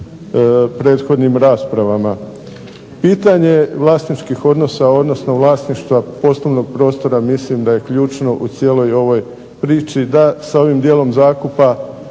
prethodnim raspravama. Pitanje vlasničkih odnosa, odnosno vlasništva poslovnog prostora mislim da je ključno u cijeloj ovoj priči da sa ovim dijelom zakupa